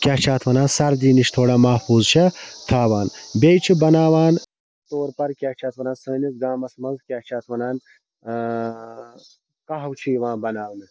کیاہ چھِ اتھ وَنان سردی نِش تھوڑا محفوظ چھَ تھاوان بیٚیہِ چھُ بَناوان مِثال کے طور پر کیاہ چھِ اتھ وَنان سٲنِس گامَس مَنٛز کیاہ چھِ اتھ وَنان کَہوٕ چھُ یِوان بَناونہٕ